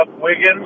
Wiggins